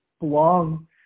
belong